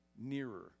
nearer